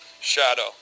shadow